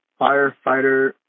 firefighter